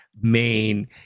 main